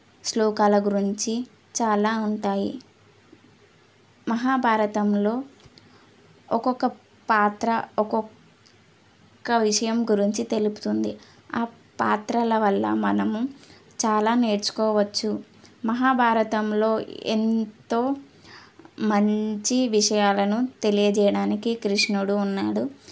శ్లోకాల గురించి చాలా ఉంటాయి మహాభారతంలో ఒక్కొక్క పాత్ర ఒకొక్క విషయం గురించి తెలుపుతుంది ఆ పాత్రల వల్ల మనము చాలా నేర్చుకోవచ్చు మహాభారతంలో ఎంతో మంచి విషయాలను తెలియచేయడానికి కృష్ణుడు ఉన్నాడు